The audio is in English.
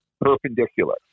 perpendicular